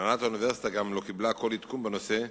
הנהלת האוניברסיטה לא קיבלה כל עדכון בנושא,